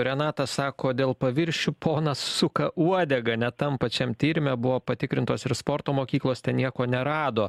renata sako dėl paviršių ponas suka uodegą net tam pačiam tyrime buvo patikrintos ir sporto mokyklos ten nieko nerado